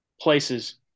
places